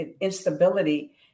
instability